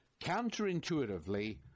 Counterintuitively